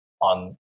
on